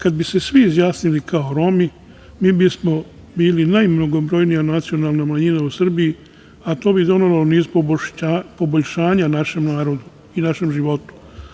Kada bi se svi izjasnili kao Romi, mi bismo bili najmnogobrojnija nacionalna manjina u Srbiji, a to bi donelo niz poboljšanja našem narodu i našem životu.